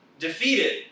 defeated